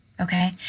Okay